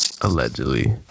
Allegedly